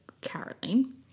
Caroline